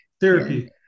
therapy